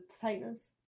tightness